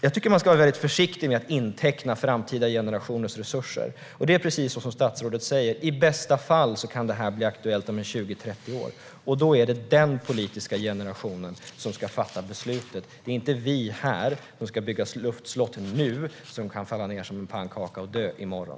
Jag tycker att man ska vara försiktig med att inteckna framtida generationers resurser. Det är precis som statsrådet säger: I bästa fall kan detta bli aktuellt om 20-30 år. Då är det den politiska generationen som ska fatta beslutet. Det är inte vi här som ska bygga luftslott nu, som kan falla ned som en pannkaka i morgon.